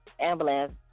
Ambulance